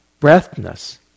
breathness